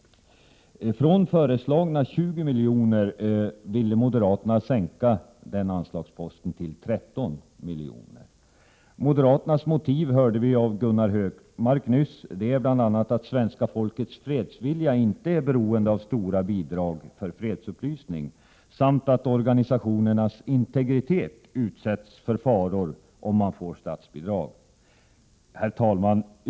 Moderaterna vill sänka föreslagna 20 milj.kr. till 13 milj.kr. Moderaternas motiv är, som vi hörde av Gunnar Hökmark nyss, bl.a. att svenska folkets fredsvilja inte är beroende av stora bidrag för fredsupplysning samt att organisationernas integritet utsätts för 123 faror om man får statsbidrag. Herr talman!